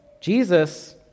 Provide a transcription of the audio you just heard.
Jesus